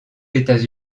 états